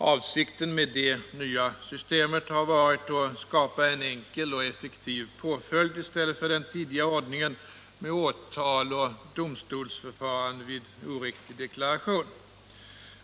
Avsikten med det nya systemet har varit att skapa en enkel och effektiv påföljd i stället för den tidigare ordningen med åtal och domstolsförfarande vid oriktig deklaration.